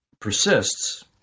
persists